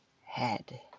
head